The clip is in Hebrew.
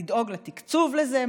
לדאוג לתקצוב לזה.